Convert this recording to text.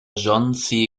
john